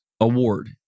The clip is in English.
award